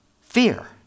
Fear